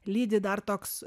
lydi dar toks